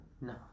No